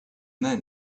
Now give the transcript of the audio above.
then